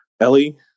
Ellie